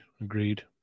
agreed